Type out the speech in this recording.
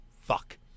fuck